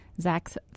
Zach's